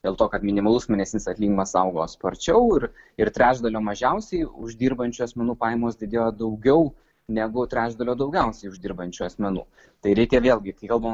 dėl to kad minimalus mėnesinis atlyginimas augo sparčiau ir ir trečdalio mažiausiai uždirbančių asmenų pajamos didėjo daugiau negu trečdalio daugiausiai uždirbančių asmenų tai reikia vėlgi kai kalbam